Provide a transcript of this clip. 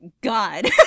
god